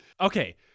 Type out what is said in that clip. okay